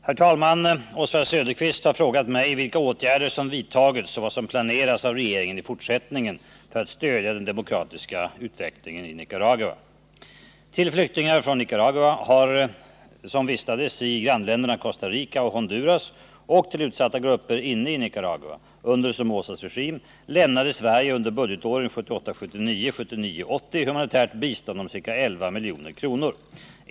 Herr talman! Oswald Söderqvist har frågat mig vilka åtgärder som vidtagits och vad som planeras av regeringen i fortsättningen för att stödja den demokratiska utvecklingen i Nicaragua. Till flyktingar från Nicaragua som vistades i grannländerna Costa Rica och Honduras och till utsatta grupper inne i Nicaragua under Somozas regim lämnade Sverige under budgetåren 1978 80 humanitärt bistånd om ca 11 milj.kr.